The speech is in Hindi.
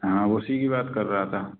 हाँ उसी की बात कर रहा था